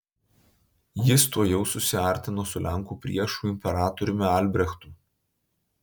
jis tuojau susiartino su lenkų priešu imperatoriumi albrechtu